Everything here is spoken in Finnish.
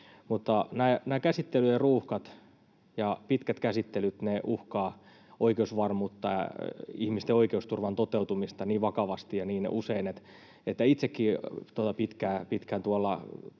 mutta nämä käsittelyjen ruuhkat ja pitkät käsittelyt uhkaavat oikeusvarmuutta, ihmisten oikeusturvan toteutumista niin vakavasti ja niin usein, että itsekin pitkään